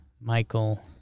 Michael